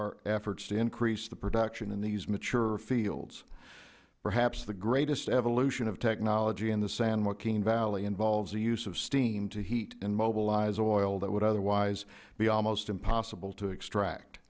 our efforts to increase the production in these mature fields perhaps the greatest evolution of technology in the san joaquin valley involves the use of steam to heat and mobilize oil that would otherwise be almost impossible to extract